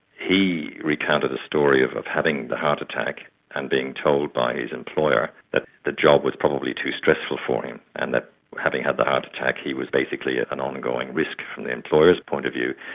he recounted a story of of having a heart attack and being told by his employer that the job was probably too stressful for him and that having had the heart attack he was basically an ongoing risk from the employer's point of view.